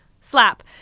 Slap